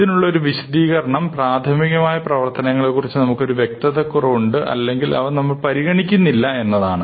ഇതിനുള്ള ഒരു വിശദീകരണം പ്രാഥമികമായ പ്രവർത്തനങ്ങളെക്കുറിച്ച് നമുക്ക് ഒരു വ്യക്തത കുറവുണ്ട് ഉണ്ട് അല്ലെങ്കിൽ അവ നമ്മൾ പരിഗണിക്കുന്നില്ല എന്നതാണ്